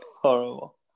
horrible